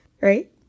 Right